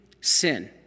sin